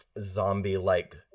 zombie-like